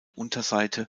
unterseite